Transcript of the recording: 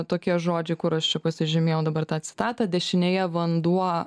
tokie žodžiai kur aš čia pasižymėjau dabar tą citatą dešinėje vanduo